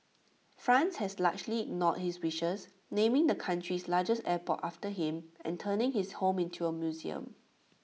France has largely ignored his wishes naming the country's largest airport after him and turning his home into A museum